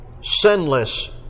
sinless